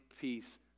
peace